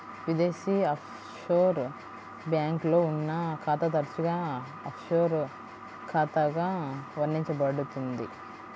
విదేశీ ఆఫ్షోర్ బ్యాంక్లో ఉన్న ఖాతా తరచుగా ఆఫ్షోర్ ఖాతాగా వర్ణించబడుతుంది